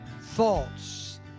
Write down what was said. thoughts